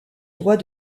droit